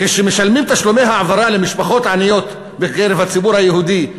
כשמשלמים תשלומי העברה למשפחות עניות בקרב הציבור היהודי,